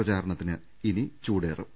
പ്രചാരണത്തിന് ഇനി ചൂടേറും